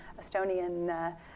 Estonian